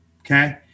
Okay